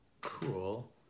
cool